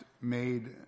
made